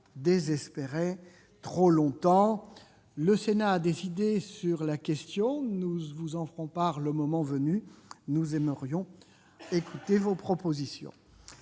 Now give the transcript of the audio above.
désespérer trop longtemps ? Le Sénat a des idées sur la question. Nous vous en ferons part le moment venu, mais nous aimerions aussi écouter vos propositions.